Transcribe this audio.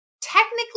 technically